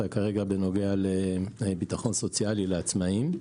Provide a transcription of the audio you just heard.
כרגע בנוגע לביטחון סוציאלי לעצמאיים.